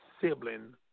sibling